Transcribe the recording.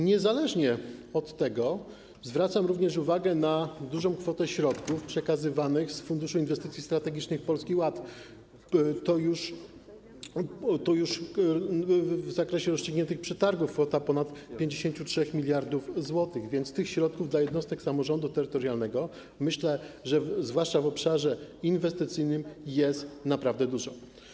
Niezależnie od tego zwracam również uwagę na dużą kwotę środków przekazywanych z funduszu inwestycji strategicznych Polski Ład - to już w zakresie rozstrzygniętych przetargów kwota ponad 53 mld zł, więc myślę, że środków dla jednostek samorządu terytorialnego, zwłaszcza w obszarze inwestycyjnym, jest naprawdę dużo.